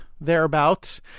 thereabouts